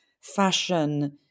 fashion